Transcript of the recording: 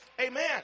Amen